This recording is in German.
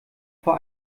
vor